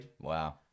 wow